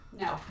no